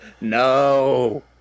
No